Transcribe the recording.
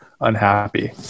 unhappy